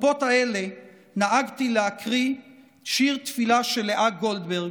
בחופות האלה נהגתי להקריא שיר "תפילה" של לאה גולדברג,